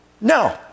No